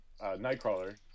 Nightcrawler